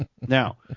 Now